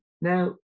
Now